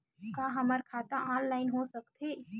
का हमर खाता ऑनलाइन हो सकथे?